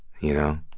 you know?